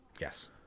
Yes